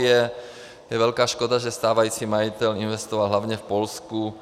Je velká škoda, že stávající majitel investoval hlavně v Polsku.